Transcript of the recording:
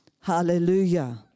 Hallelujah